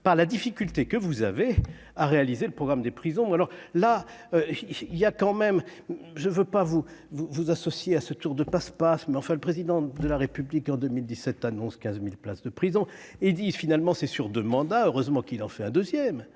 par la difficulté que vous avez à réaliser le programme des prisons, alors là il y a quand même, je ne veux pas vous vous vous associez à ce tour de passe-passe mais enfin, le président de la République en 2017 annonce 15000 places de prison et disent : finalement, c'est sur deux mandats, heureusement qu'il en fait un deuxième